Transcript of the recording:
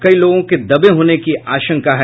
कई लोगों के दबे होने की आशंका है